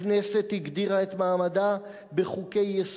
הכנסת הגדירה את מעמדה בחוקי-יסוד,